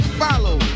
follow